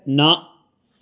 ਨਾ